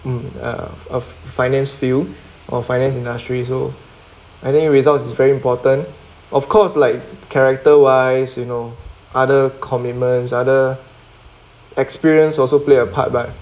um uh of finance field or finance industry so I think result is very important of course like character wise you know other commitments other experience also play a part but